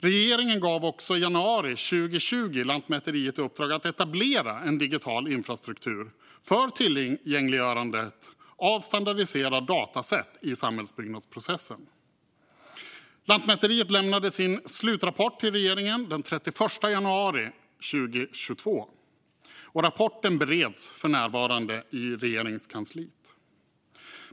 Regeringen gav också i januari 2020 Lantmäteriet i uppdrag att etablera en digital infrastruktur för tillgängliggörande av standardiserade dataset i samhällsbyggnadsprocessen. Lantmäteriet lämnade sin slutrapport till regeringen den 31 januari 2022, och rapporten bereds för närvarande i Regeringskansliet.